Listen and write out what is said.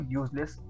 useless